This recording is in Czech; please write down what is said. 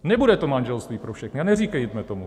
Nebude to manželství pro všechny a neříkejme tomu tak!